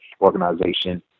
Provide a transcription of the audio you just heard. organization